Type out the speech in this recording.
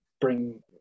bring